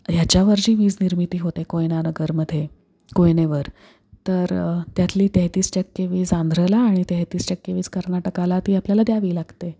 ह्याच्यावर जी वीज निर्मिती होते कोयनानगरमध्ये कोयनेवर तर त्यातली तेहतीस टक्के वीज आंध्रला आणि तेहतीस टक्के वीज कर्नाटकाला ती आपल्याला द्यावी लागते